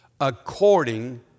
according